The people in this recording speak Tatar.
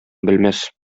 белмәс